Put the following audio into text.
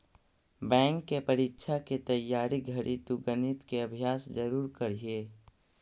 bank के परीक्षा के तइयारी घड़ी तु गणित के अभ्यास जरूर करीह